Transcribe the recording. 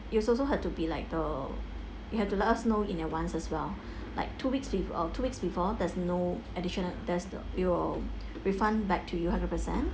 it was also had to be like uh you have to let us know in advance as well like two weeks with uh two weeks before there's no additional there's the we will refund back to you hundred percent